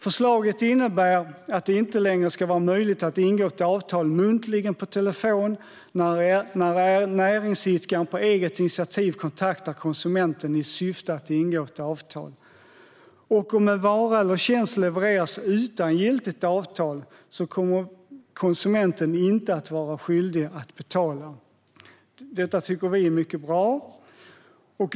Förslaget innebär att det inte längre ska vara möjligt att ingå ett avtal muntligen på telefon när näringsidkaren på eget initiativ kontaktar konsumenten i syfte att ingå ett avtal, och om en vara eller tjänst levereras utan giltigt avtal ska konsumenten inte att vara skyldig att betala. Detta tycker vi är mycket bra.